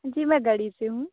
जी मैं गढ़ी से हूँ